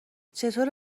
چطوره